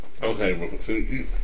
Okay